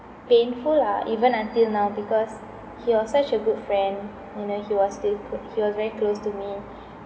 painful lah even until now because he was such a good friend you know he was with he was very close to me